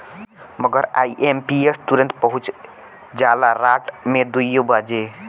मगर आई.एम.पी.एस तुरन्ते पहुच जाला राट के दुइयो बजे